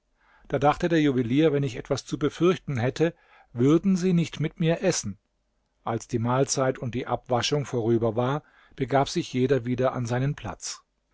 da dachte der juwelier wenn ich etwas zu befürchten hätte würden sie nicht mit mir essen als die mahlzeit und die abwaschung vorüber war begab sich jeder wieder an seinen platz